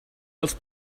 els